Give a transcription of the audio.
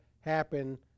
happen